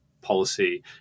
policy